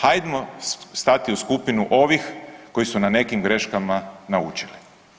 Hajdmo stati u skupinu ovih koji su na nekim graškama naučili.